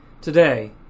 Today